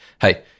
hey